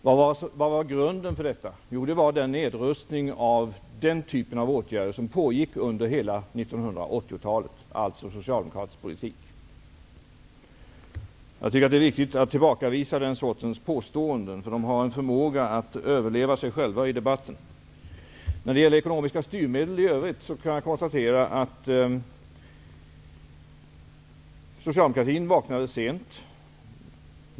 Vad var grunden för detta? Jo, det var nedrustningen av olika åtgärder som pågick under hela 1980-talet, dvs. socialdemokratisk politik. Det är viktigt att tillbakavisa den här sortens påståenden. De har en förmåga att överleva sig själva i debatten. När det gäller ekonomiska styrmedel i övrigt kan jag konstatera att socialdemokratin vaknade sent.